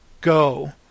Go